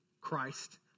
Christ